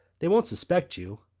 they won't suspect you.